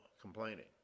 complaining